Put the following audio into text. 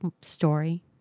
story